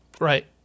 Right